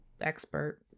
expert